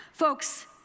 Folks